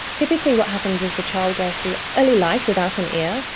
typically what happens is the child goes through early life without an ear,